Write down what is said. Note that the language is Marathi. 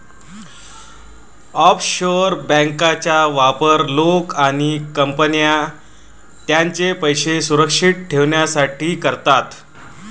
ऑफशोअर बँकांचा वापर लोक आणि कंपन्या त्यांचे पैसे सुरक्षित ठेवण्यासाठी करतात